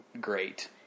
great